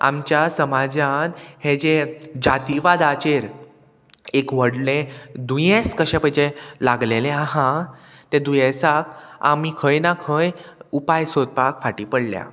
आमच्या समाजान हे जे जातिवादाचेर एक व्हडले दुयेंस कशे पयचे लागलेले आहा तें दुयेंसाक आमी खंय ना खंय उपाय सोदपाक फाटी पडल्या